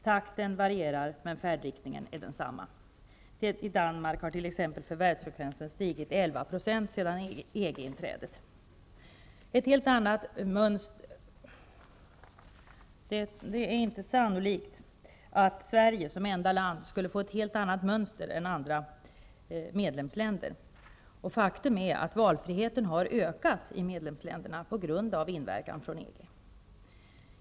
Takten varierar, men färdriktningen är densamma. I Danmark har t.ex. Det är inte sannolikt att man i Sverige som enda land skulle få ett helt annat mönster än i andra medlemsländer. Faktum är att valfriheten har ökat i medlemsländerna på grund av inverkan från EG.